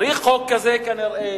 כי צריך לטפל במה שנעשה